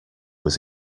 was